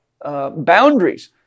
Boundaries